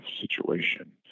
situation